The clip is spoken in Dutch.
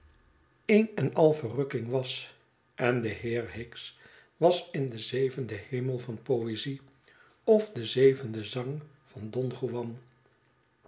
een en al verrukking was en de heer hicks was in den zevenden hemel van poezie of den zevenden zang van don juan